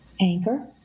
Anchor